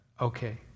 Okay